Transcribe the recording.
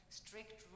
strict